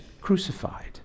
crucified